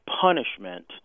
punishment